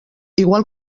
igual